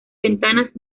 ventanas